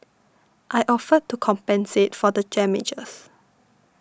I offered to compensate for the damages